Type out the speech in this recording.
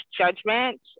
judgment